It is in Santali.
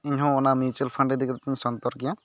ᱤᱧᱦᱚᱸ ᱚᱱᱟ ᱢᱤᱭᱩᱪᱩᱣᱟᱞ ᱯᱷᱟᱱᱰ ᱤᱫᱤᱠᱟᱛᱮ ᱤᱧ ᱥᱚᱛᱚᱨ ᱜᱮᱭᱟ